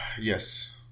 Yes